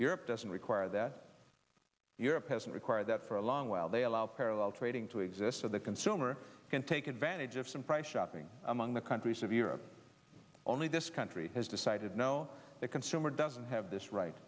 europe doesn't require that europe has been required that for a long while they allow parallel trading to exist so the consumer can take advantage of some price shopping among the countries of europe only this country has decided no the consumer doesn't have this right